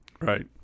Right